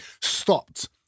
stopped